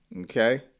okay